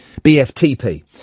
BFTP